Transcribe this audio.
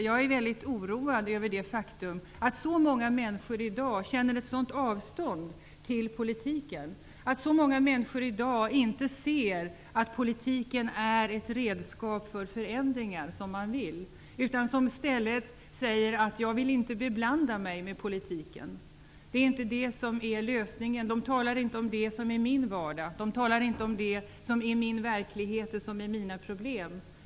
Jag är mycket oroad över det faktum att så många människor i dag känner ett sådant avstånd till politiken, att så många människor i dag inte ser att politiken är ett redskap för förändringar som man vill göra, utan som i stället säger: Jag vill inte beblanda mig med politiken. Det är inte det som är lösningen. Politikerna talar inte om det som är min vardag. De talar inte om det som är min verklighet, det som är mina problem.